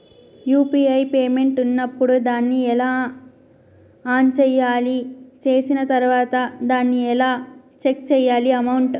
UPI payment ఉన్నప్పుడు దాన్ని ఎలా ఆన్ చేయాలి? చేసిన తర్వాత దాన్ని ఎలా చెక్ చేయాలి అమౌంట్?